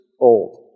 old